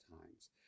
times